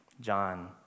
John